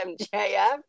MJF